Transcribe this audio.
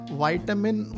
vitamin